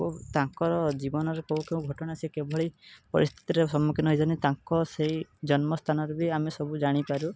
ଓ ତାଙ୍କର ଜୀବନର କେଉଁ କେଉଁ ଘଟଣା କେଉଁ ସେ କେଭଳି ପରିସ୍ଥିତିରେ ସମ୍ମୁଖିନ ହେଇଛନ୍ତି ତାଙ୍କ ସେହି ଜନ୍ମସ୍ଥାନରୁ ବି ଆମେ ସବୁ ଜାଣିପାରୁ